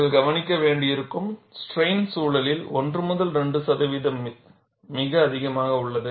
நீங்கள் கவனிக்க வேண்டியிருக்கும் ஸ்ட்ரைன் சூழலில் 1 முதல் 2 சதவீதம் மிக அதிகமாக உள்ளது